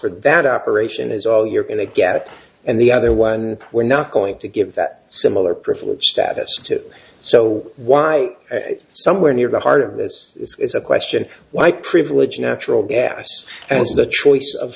for that operation is all you're going to get and the other one we're not going to give that similar profile status to it so why somewhere near the heart of this is a question white privilege natural gas as the choice of